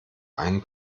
einen